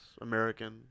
American